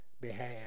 behalf